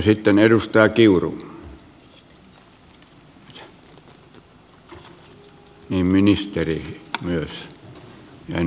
sitten edustaja kiuru niin ministeri myös ja ennen kaikkea